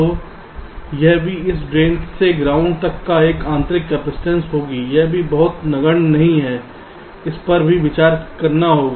तो यहां भी इस ड्रेन से ग्राउंड तक एक आंतरिक कपसिटंस होगी यह भी बहुत नगण्य नहीं है इस पर भी विचार करना होगा